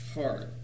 hard